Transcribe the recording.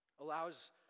allows